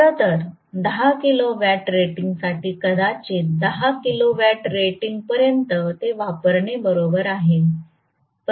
खरं तर 10 किलोवॅट रेटिंगसाठी कदाचित 10 किलोवॅट रेटिंग पर्यंत ते वापरणे बरोबर आहे